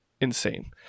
insane